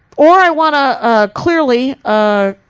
or i want to, ah, clearly ah.